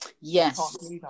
Yes